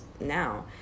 now